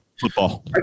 football